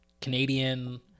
canadian